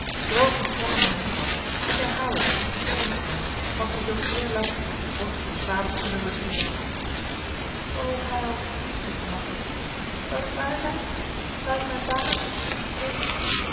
uw tranen jonkvrouw ik herhaal het treur niet meer want gij zult eerlang op de borst uws vaders kunnen rusten o heil zuchtte machteld zou dit waar zijn zou ik mijn vader zien en spreken